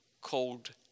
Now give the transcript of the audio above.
cold